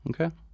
Okay